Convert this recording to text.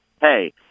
Hey